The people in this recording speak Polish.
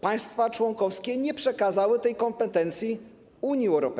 Państwa członkowskie nie przekazały tej kompetencji UE,